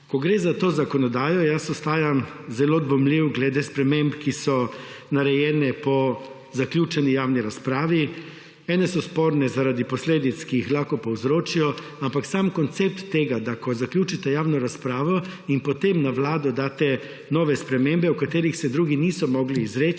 Ko gre za to zakonodajo, jaz ostajam zelo dvomljiv glede sprememb, ki so narejene po zaključeni javni razpravi. Ene so sporne zaradi posledic, ki jih lahko povzročijo, ampak sam koncept tega, da ko zaključite javno razpravo in potem na vlado daste nove spremembe, o katerih se drugi niso mogli izreči,